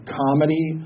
comedy